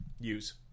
use